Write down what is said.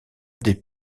des